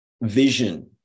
vision